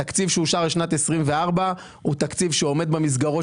התקציב שאושר לשנת 24' הוא תקציב שעומד במסגרות